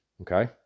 Okay